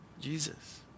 Jesus